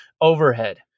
overhead